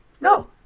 No